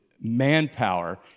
manpower